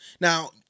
Now